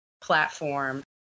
platform